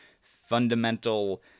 fundamental